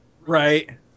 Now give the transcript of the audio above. Right